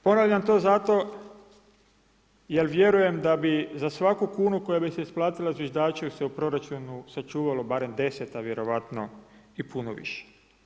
Ponavljam to zato jer vjerujem da bi za svaku kunu koja bi se isplatila zviždaču se u proračunu sačuvalo barem 10, a vjerojatno i puno više.